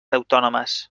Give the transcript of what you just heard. autònomes